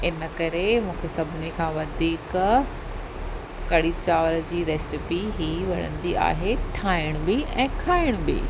इन करे मूंखे सभिनी खां वधीक कढ़ी चांवर जी रेसिपी ई वणंदी आहे ठाहिणु बि ऐं खाइणु बि